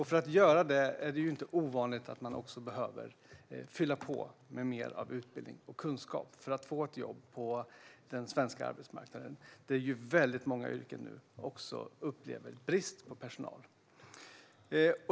För att göra det är det inte ovanligt att man också behöver fylla på med mer av utbildning och kunskap för att få ett jobb på den svenska arbetsmarknaden, där många branscher nu upplever brist på personal.